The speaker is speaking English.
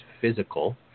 physical